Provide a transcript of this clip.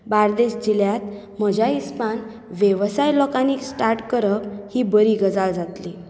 बार्देस जिल्यात म्हज्या हिसपान वेवसाय लोकांनी स्टार्ट करप ही बरी गजाल जात्ली